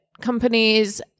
companies